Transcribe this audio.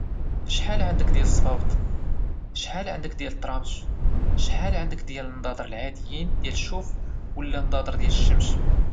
شحال ديال السبابط عندك، شحال من كاسكيطا عندك، شحال عندك من نظاظر ديال الشوق ولا النظاظر ديال الشمش؟